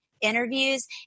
interviews